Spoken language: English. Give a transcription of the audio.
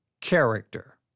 character